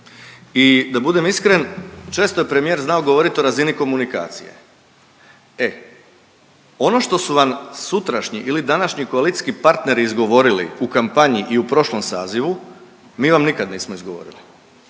i da budem iskren često je premijer znao govorit o razini komunikacije e, ono što su vam sutrašnji ili današnji koalicijski partneri izgovorili u kampanji i u prošlom sazivu, mi vam nikad nismo izgovorili.